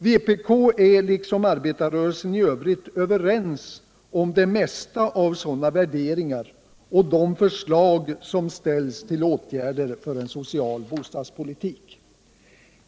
Vpk är överens med arbetarrörelsen i övrigt om det mesta av sådana värderingar och de förslag som ställs till åtgärder för en social bostadspolitik.